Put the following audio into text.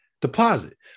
deposit